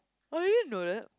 oh I didn't know that